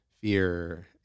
fear